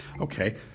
Okay